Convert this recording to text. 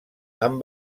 amb